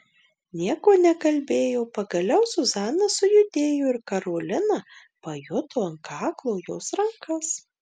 nieko nekalbėjo pagaliau zuzana sujudėjo ir karolina pajuto ant kaklo jos rankas